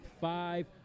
five